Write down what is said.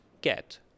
get